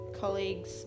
colleagues